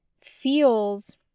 feels